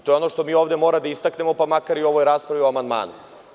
To je ono što mi ovde moramo da istaknemo, pa makar i u ovoj raspravi o amandmanu.